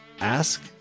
ask